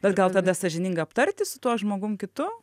bet gal tada sąžininga aptarti su tuo žmogum kitu